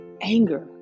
anger